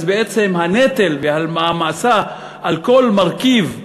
אז בעצם הנטל והמעמסה על כל מרכיב בבסיס,